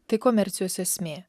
tai komercijos esmė